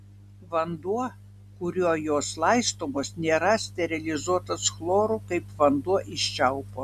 vanduo kuriuo jos laistomos nėra sterilizuotas chloru kaip vanduo iš čiaupo